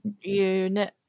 unit